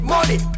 Money